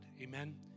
Amen